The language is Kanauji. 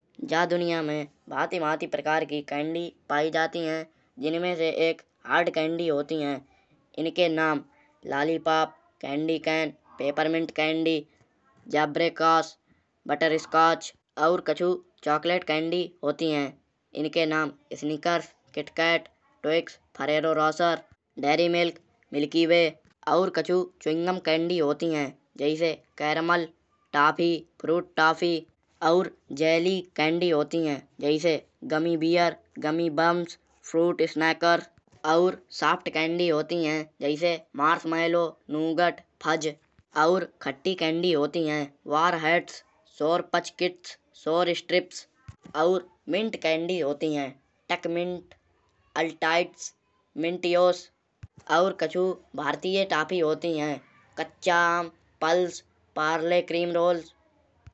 जा दुनिया में भाँति भाँति प्रकार की कैन्डी पाई जाती है। जिमें से एक हार्ड कैन्डी होती है। इनके नाम lollipop candy cane peppermint candy jawbreakers butterscotch और कच्छू चॉकलेट कैन्डी होती है। इनके नाम स्नीकर्स किटकैट डेस्क Ferrero Rocher Dairy Milk Milky Way और कच्छ च्यूइंग गम कैन्डी होती है। जैसे कैरमल टॉफी फ्रूट टॉफी और जेली कैन्डी होती है। जैसे gummy bear gummy bumps fruit snacker और सॉफ्ट कैन्डी होती है। जैसे मार्समैलो नौगट फज़ और खट्टी कैन्डी होती है। Warheads sour patch kids sour strips और मिंट कैन्डी होती है। टेक्त्मिंट अल्टाइड मिंटिओस और कच्छू भारतीय टॉफी होती है। कच्चा आम पल्स पार्ले क्रीम रोल्स।